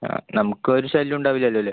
ആ നമുക്ക് ഒരു ശല്യം ഉണ്ടാവില്ലല്ലൊ അല്ലെ